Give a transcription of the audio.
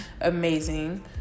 amazing